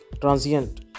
transient